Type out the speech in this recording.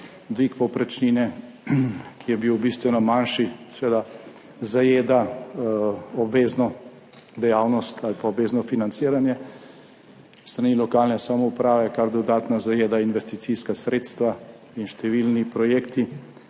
dvig povprečnine, ki je bil bistveno manjši, seveda zajeda obvezno dejavnost ali pa obvezno financiranje s strani lokalne samouprave, kar dodatno zajeda investicijska sredstva, in številni projekti,